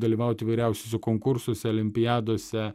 dalyvauti įvairiausiuose konkursuose olimpiadose